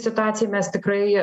situacijai mes tikrai